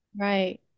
Right